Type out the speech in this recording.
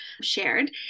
shared